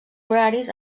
horaris